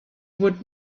would